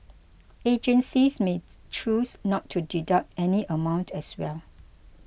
agencies may choose not to deduct any amount as well